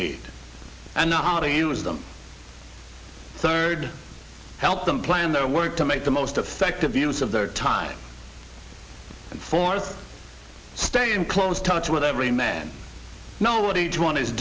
need and know how to use them third help them plan their work to make the most effective use of their time i stay in close touch with every man know what each one is